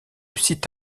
site